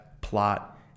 plot